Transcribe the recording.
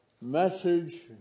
message